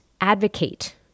Advocate